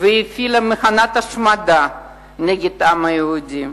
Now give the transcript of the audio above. והתחילה מכונת השמדה נגד העם היהודי.